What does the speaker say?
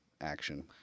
action